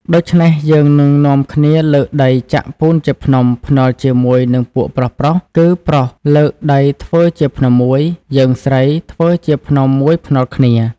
ដូចេ្នះយើងនឹងនាំគ្នាលើកដីចាក់ពូនជាភ្នំ ភ្នាល់ជាមួយនិងពួកប្រុសៗ គឺប្រុសលើកដីធ្វើជាភ្នំមួយ យើងស្រីធ្វើជាភ្នំ មួយភ្នាល់គ្នា។